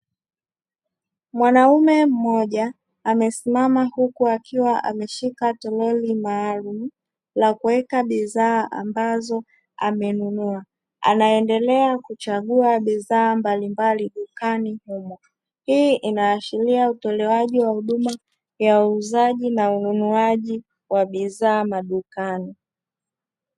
Mwanaume mmoja amesimama huku akiwa ameshika toroli maalum la kuweka bidhaa ambazo amenunua, anaendelea kuchagua bidhaa mbalimbali dukani humo. Hii inaashiria utolewaji wa huduma ya uuzaji na ununuaji wa bidhaa madukani.